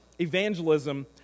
evangelism